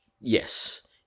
yes